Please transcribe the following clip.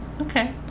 Okay